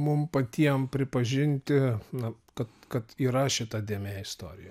mum patiem pripažinti na kad kad yra šita dėmė istorijoj